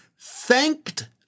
thanked